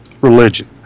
religion